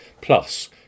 plus